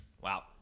Wow